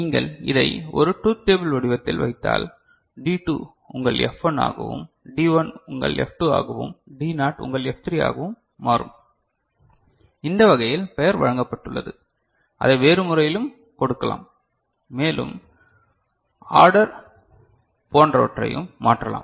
நீங்கள் இதை ஒரு ட்ரூத் டேபிள் வடிவத்தில் வைத்தால் D 2 உங்கள் F 1 ஆகவும் D 1 உங்கள் F 2 ஆகவும் டி னாட் உங்கள் F 3 ஆகவும் மாறும் இந்த வகையில் பெயர் வழங்கப்பட்டுள்ளது அதை வேறு முறையிலும் கொடுக்கலாம் மேலும் ஆடர் போன்றவற்றையும் மாற்றலாம்